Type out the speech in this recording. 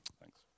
Thanks